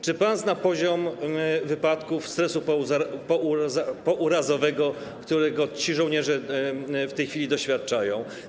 Czy pan zna poziom występowania przypadków stresu pourazowego, którego ci żołnierze w tej chwili doświadczają?